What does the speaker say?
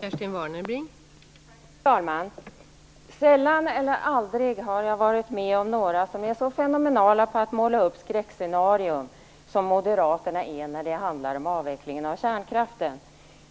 Fru talman! Sällan eller aldrig har jag varit med om några som är så fenomenala på att måla upp skräckscenarior som moderaterna är när det handlar om avveckling av kärnkraften.